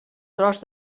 tros